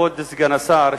כבוד סגן השר,